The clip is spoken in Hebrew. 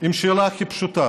עם השאלה הכי פשוטה: